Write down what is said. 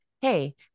hey